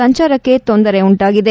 ಸಂಚಾರಕ್ಕೆ ತೊಂದರೆ ಉಂಟಾಗಿದೆ